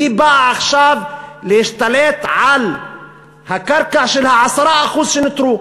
והיא באה עכשיו להשתלט על הקרקע של ה-10% שנותרו.